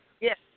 Yes